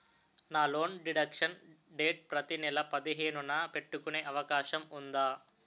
నా loan deduction date ప్రతి నెల పదిహేను న పెట్టుకునే అవకాశం ఉందా?